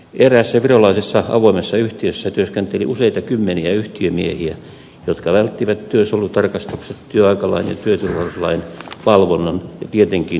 eräässä virolaisessa avoimessa yhtiössä työskenteli useita kymmeniä yhtiömiehiä jotka välttivät työsuojelutarkastukset työaikalain ja työturvallisuuslain valvonnan ja tietenkin verot